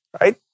right